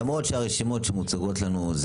למרות שהרשימות שמוצגות לנו,